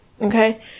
okay